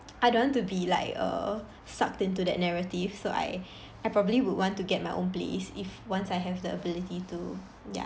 I don't want to be like err sucked into that narrative so I I probably would want to get my own place if once I have the ability to ya